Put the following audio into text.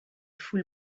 foule